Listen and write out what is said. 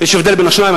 יש הבדל בין השניים,